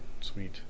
sweet